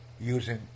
using